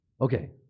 Okay